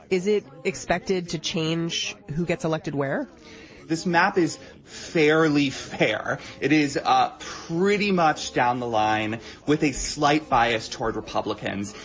is it expected to change who gets elected where this map is fairly fair it is ah pretty much down the line with a slight bias toward republicans.